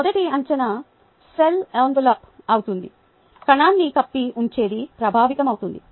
మొదటి అంచనా cell envelope అవుతుంది కణాన్ని కప్పి ఉంచేది ప్రభావితమవుతుంది